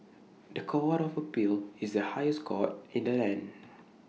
The Court of appeal is the highest court in the land